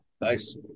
nice